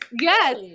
Yes